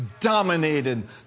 dominated